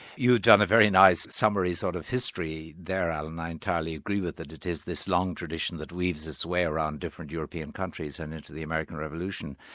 you've done a very nice summary sort of history there alan, i entirely agree with it, it is this long tradition that weaves its way around different european countries and into the american revolution.